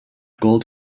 gold